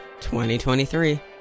2023